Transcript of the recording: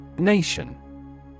Nation